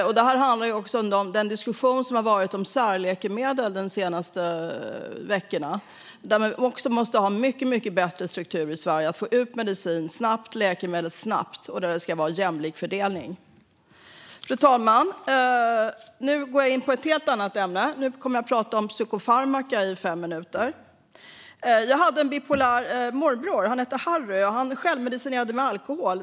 Det här handlar också om den diskussion om särläkemedel som förts de senaste veckorna. Också där måste vi ha en mycket bättre struktur i Sverige för att få ut mediciner och läkemedel snabbt och med jämlik fördelning. Fru talman! Nu går jag in på ett helt annat ämne. Nu kommer jag att prata om psykofarmaka i fem minuter. Jag hade en bipolär morbror som hette Harry. Han självmedicinerade med alkohol.